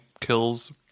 kills